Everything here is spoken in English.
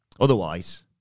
Otherwise